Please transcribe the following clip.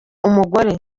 umugore